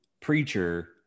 Preacher